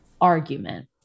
argument